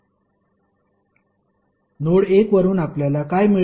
node 1 वरून आपल्याला काय मिळेल